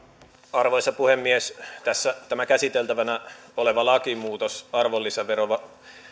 arvoisa puhemies tämä käsiteltävänä oleva lakimuutos arvonlisäverolain